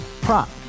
Prop